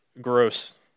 gross